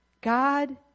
God